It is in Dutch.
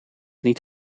niet